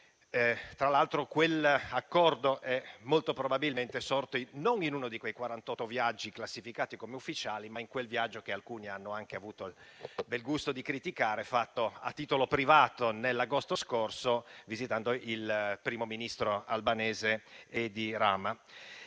Tra l'altro, quell'accordo è molto probabilmente sorto non in uno di quei quarantotto viaggi classificati come ufficiali, ma in quel viaggio, che alcuni hanno anche avuto il bel gusto di criticare, fatto a titolo privato nell'agosto scorso, visitando il primo ministro albanese Edi Rama.